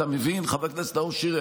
אתה מבין, חבר הכנסת נאור שירי?